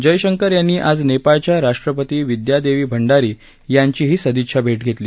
जयशंकर यांनी आज नेपाळच्या राष्ट्रपती विद्या देवी भंडारी यांचीही सदिच्छा भेट घेतली